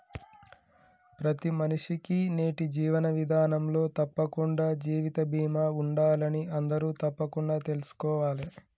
ప్రతి మనిషికీ నేటి జీవన విధానంలో తప్పకుండా జీవిత బీమా ఉండాలని అందరూ తప్పకుండా తెల్సుకోవాలే